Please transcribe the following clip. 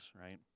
right